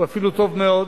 הוא אפילו טוב מאוד.